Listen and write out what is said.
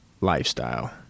lifestyle